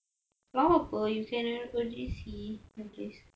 lawa [pe] you say you already see the place